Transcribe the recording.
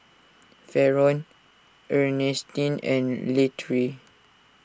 Faron Earnestine and Latrell